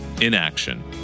inaction